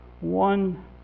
one